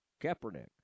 Kaepernick